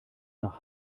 nach